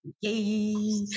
yay